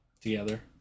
Together